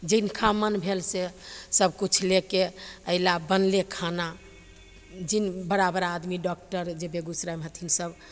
जिनका मोन भेल से सबकिछु लैके अएलाह बनले खाना जिन बड़ा बड़ा आदमी डॉकटर जे बेगूसरायमे हथिन सब